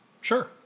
sure